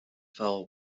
fell